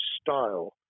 style